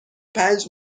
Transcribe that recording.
پنج